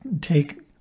take